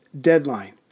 deadline